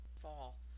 fall